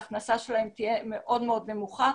ההכנסה שלהן תהיה מאוד נמוכה.